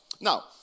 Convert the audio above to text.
Now